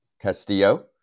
Castillo